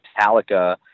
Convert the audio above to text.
Metallica